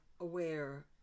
aware